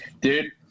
Dude